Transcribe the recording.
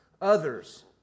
others